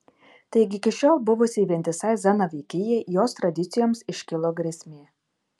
taigi iki šiol buvusiai vientisai zanavykijai jos tradicijoms iškilo grėsmė